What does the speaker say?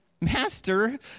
Master